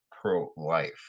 pro-life